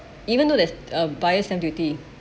even though there's a buyer's stamp duty